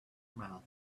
mouth